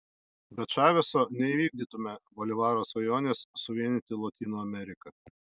be čaveso neįvykdytumėme bolivaro svajonės suvienyti lotynų ameriką